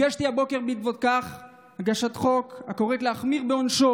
הגשתי הבוקר בעקבות זאת הצעת חוק הקוראת להחמיר בעונשו